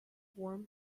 warm